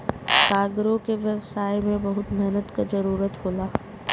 cargo के व्यवसाय में बहुत मेहनत क जरुरत होला